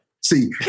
See